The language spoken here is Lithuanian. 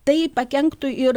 tai pakenktų ir